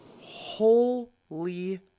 Holy